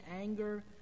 anger